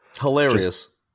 Hilarious